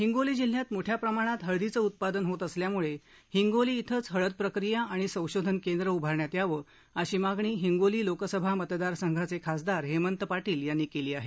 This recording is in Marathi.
हिंगोली जिल्ह्यात मोठ्या प्रमाणात हळदीचं उत्पादन होत असल्यामुळे हिंगोली शिंच हळद प्रक्रिया आणि संशोधन केंद्र उभारण्यात यावं अशी मागणी हिगोली लोकसभा मतदार संघाचे खासदार हेमंत पाटील यांनी केली आहे